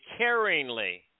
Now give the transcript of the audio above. caringly